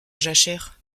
jachère